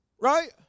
Right